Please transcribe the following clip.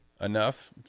enough